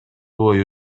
бою